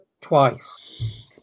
twice